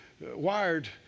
wired